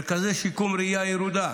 מרכזים לשיקום ראייה ירודה,